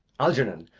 algernon!